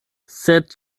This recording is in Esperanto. sed